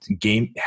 game